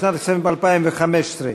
לשנת 2015,